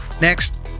Next